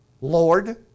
Lord